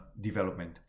development